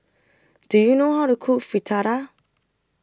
Do YOU know How to Cook Fritada